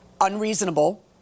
unreasonable